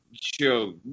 show